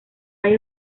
hay